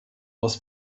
was